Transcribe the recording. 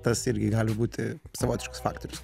tas irgi gali būti savotiškas faktorius